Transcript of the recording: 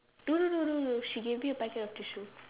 no no no no no she give me a packet of tissue